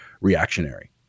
reactionary